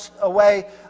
away